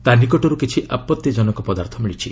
ତା' ନିକଟରୁ କିଛି ଆପଭିଜନକ ପଦାର୍ଥ ମିଳିଛି